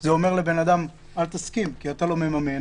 זה אומר לבן אדם אל תסכים כי אתה לא מממן,